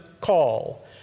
call